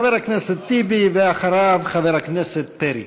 חבר הכנסת טיבי, ואחריו, חבר הכנסת פרי.